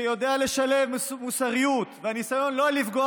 שיודע לשלב מוסריות וניסיון לא לפגוע